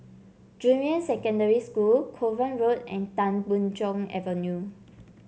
Junyuan Secondary School Kovan Road and Tan Boon Chong Avenue